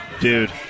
Dude